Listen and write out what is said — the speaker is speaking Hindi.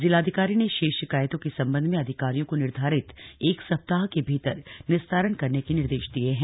जिलाधिकारी ने शेष शिकायतों के सम्बन्ध में अधिकारियों को निर्धारित एक सप्ताह के भीतर निस्तारण करने के निर्देश दिए हैं